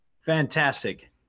Fantastic